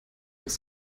dass